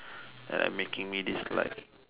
like making me dislike